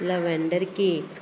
lavender cake